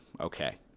Okay